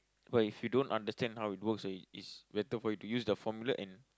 but if you don't understand how it works or it is better for you to use the formula and